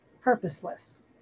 purposeless